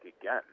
again